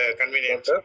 convenience